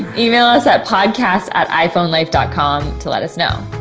email us at podcast at iphonelife dot com to let us know.